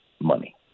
money